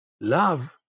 love